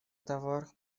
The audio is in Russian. товар